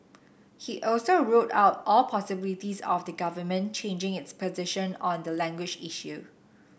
he also ruled out all possibilities of the government changing its position on the language issue